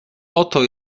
oto